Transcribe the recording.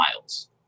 miles